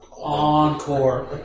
Encore